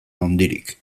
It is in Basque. handirik